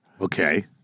Okay